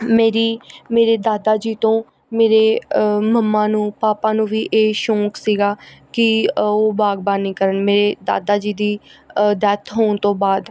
ਮੇਰੀ ਮੇਰੇ ਦਾਦਾ ਜੀ ਤੋਂ ਮੇਰੇ ਮੰਮਾ ਨੂੰ ਪਾਪਾ ਨੂੰ ਵੀ ਇਹ ਸ਼ੌਂਕ ਸੀਗਾ ਕਿ ਉਹ ਬਾਗਬਾਨੀ ਕਰਨ ਮੇਰੇ ਦਾਦਾ ਜੀ ਦੀ ਡੈੱਥ ਹੋਣ ਤੋਂ ਬਾਅਦ